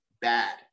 bad